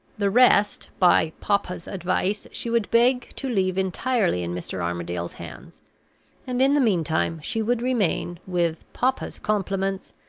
the rest, by papa's advice, she would beg to leave entirely in mr. armadale's hands and, in the meantime, she would remain, with papa's compliments,